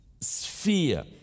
sphere